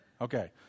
Okay